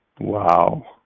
Wow